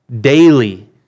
daily